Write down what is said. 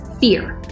fear